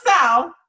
south